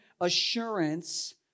assurance